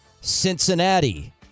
Cincinnati